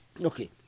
Okay